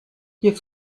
hier